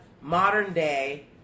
modern-day